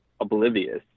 oblivious